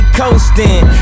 coasting